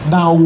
Now